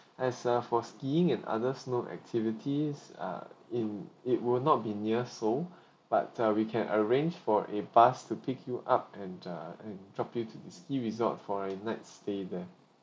as uh for for skiing and others snow activities uh in it will not be near seoul but uh we can arrange for a bus to pick you up and uh and drop you to this ski resort for a night stay there